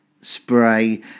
spray